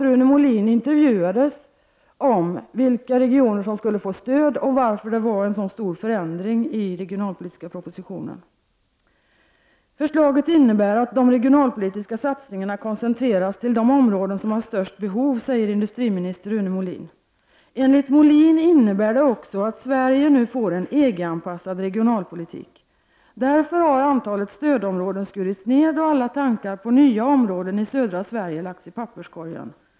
Rune Molin intervjuades om vilka regioner som skulle få stöd och varför det var en så stor förändring i den regionalpolitiska propositionen: ”Förslaget innebär att de regionalpolitiska satsningarna koncentreras till de områden som har störst behov, säger industriminister Rune Molin. Enligt Molin innebär det också att Sverige nu får en EG-anpassad regio nalpolitik. Därför har antalet stödområden skurits ned och alla tankar på nya områden i södra Sverige lagts i papperskorgen.